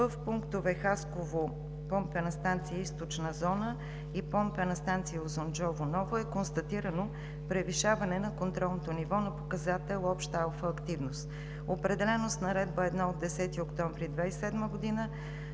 в пунктове Хасково, помпена станция „Източна зона“ и помпена станция „Узунджово“ (нова) е констатирано превишаване на контролното ниво на показател обща алфа активност, определено с Наредба № 1 от 10 октомври 2007 г.